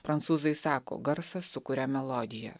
prancūzai sako garsas sukuria melodiją